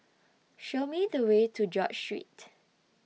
Show Me The Way to George Street